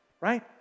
right